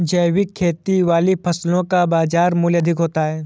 जैविक खेती वाली फसलों का बाज़ार मूल्य अधिक होता है